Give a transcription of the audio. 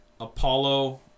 Apollo